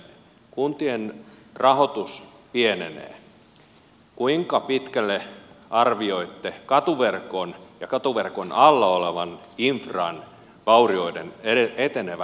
kun kuntien rahoitus pienenee kuinka pitkälle arvioitte katuverkon ja katuverkon alla olevan infran vaurioiden etenevän